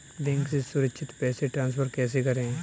Bank से सुरक्षित पैसे ट्रांसफर कैसे करें?